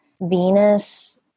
Venus